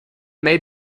may